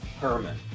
Herman